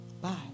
bye